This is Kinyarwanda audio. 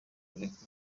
kurekurwa